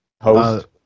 Host